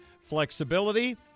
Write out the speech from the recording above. flexibility